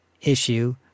issue